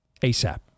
ASAP